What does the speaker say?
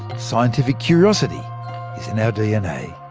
scientific curiosity is in our dna